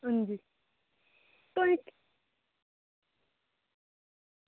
आं जी